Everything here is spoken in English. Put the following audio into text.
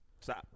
Stop